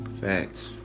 Facts